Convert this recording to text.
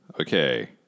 okay